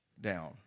down